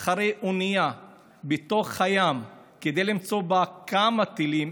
אחרי אונייה בתוך הים כדי למצוא בה כמה טילים,